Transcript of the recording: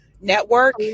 network